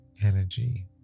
energy